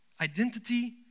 identity